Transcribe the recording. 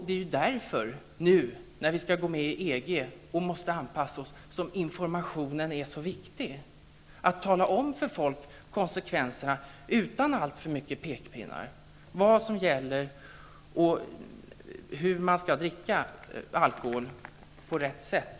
Det är därför som informationen är så viktig när vi nu skall anpassa oss för att gå med i EG. Vi måste tala om konsekvenserna för människor utan alltför många pekpinnar, vi måste tala om vad som gäller och hur man skall dricka alkohol på rätt sätt.